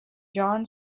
john